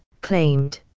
claimed